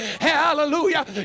hallelujah